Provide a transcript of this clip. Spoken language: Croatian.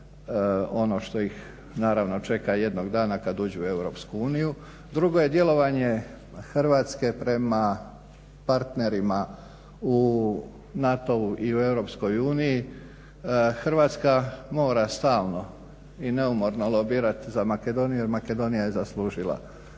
ono što ih čeka jednog dana kada uđu u EU. Drugo je djelovanje Hrvatske prema partnerima u NATO-u i u EU. Hrvatska mora stalno i neumorno lobirati za Makedoniju jer Makedonija je zaslužila tamo